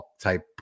type